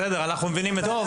בסדר, אנחנו מבינים את זה.